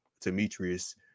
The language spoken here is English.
Demetrius